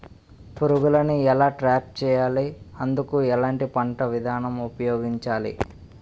పురుగులను ఎలా ట్రాప్ చేయాలి? అందుకు ఎలాంటి పంట విధానం ఉపయోగించాలీ?